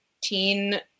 teen